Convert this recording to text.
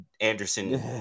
Anderson